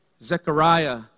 Zechariah